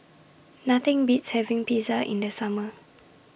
Nothing Beats having Pizza in The Summer